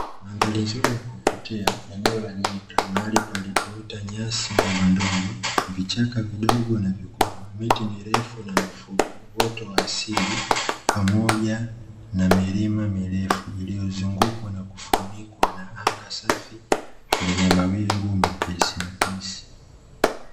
Madhari nzuri ya kuvutia, eneo la nyika mahali palipopita nyasi ndogo na vichaka vidogo na vikubwa, miti mirefu na mifupi, uoto wa asili pamoja na milima mirefu iliyozungukwa na kufunikwa na anga safi lenye mawingu mepesimepesi.